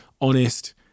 honest